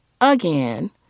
again